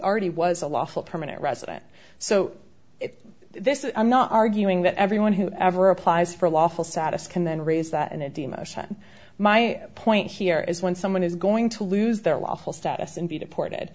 already was a lawful permanent resident so this is i'm not arguing that everyone who ever applies for a lawful status can then raise that in a d motion my point here is when someone is going to lose their lawful status and be deported